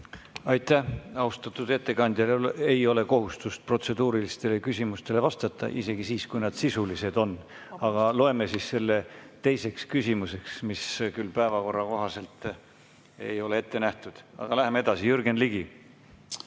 Aitäh! Austatud ettekandjal ei ole kohustust protseduurilistele küsimustele vastata, isegi siis, kui need sisulised on. Aga loeme siis selle teiseks küsimuseks, mis küll päevakorra kohaselt ei ole ette nähtud. Läheme edasi. Jürgen Ligi.